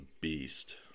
beast